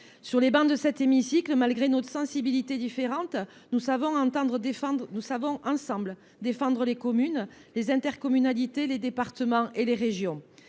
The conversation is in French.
Sur nos travées, dans cet hémicycle, malgré nos sensibilités différentes, nous savons ensemble défendre les communes, les intercommunalités, les départements et les régions.